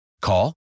Call